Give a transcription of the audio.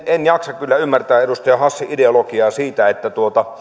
en jaksa kyllä ymmärtää edustaja hassin ideologiaa siitä että